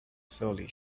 surly